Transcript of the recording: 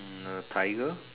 hmm a tiger